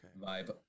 Vibe